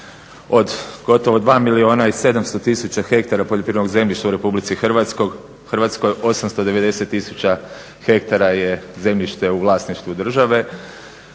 Od gotovo 2 milijuna i 700 tisuća hektara poljoprivrednog zemljišta u RH 890 tisuća hektara je zemljište u vlasništvu države